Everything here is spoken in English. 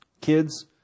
Kids